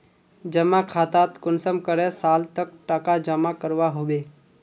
जमा खातात कुंसम करे साल तक टका जमा करवा होबे?